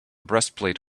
breastplate